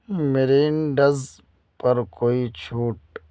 marinades پر کوئی چھوٹ